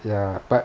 ya but